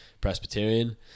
Presbyterian